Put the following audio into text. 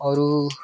अरू